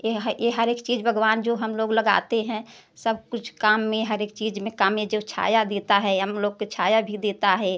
ये है ये हर एक चीज़ बाग़बान जो हम लोग लगाते हैं सब कुछ काम में हर एक चीज़ में काम ये जो छाया देता है हम लोग के छाया भी देता है